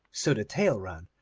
so the tale ran,